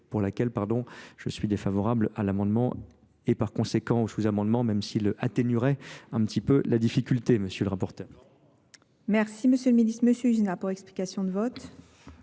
pour laquelle je suis défavorable à l'amendement et par conséquent au sous amendement, même s'il atténuerait un petit peu la difficulté. M. le rapporteur. Merci M. le ministre, M. Zadeh Ation, de vote.